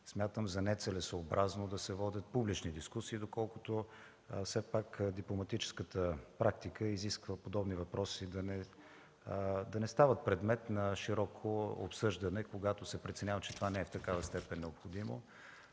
Смятам за нецелесъобразно да се водят публични дискусии, доколкото все пак дипломатическата практика изисква подобни въпроси да не стават предмет на широко обсъждане, когато се преценява, че това не е в такава степен необходимо.